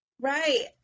Right